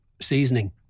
seasoning